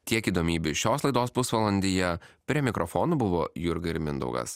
tiek įdomybių šios laidos pusvalandyje prie mikrofono buvo jurga ir mindaugas